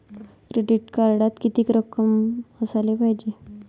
Credit कार्डात कितीक रक्कम असाले पायजे?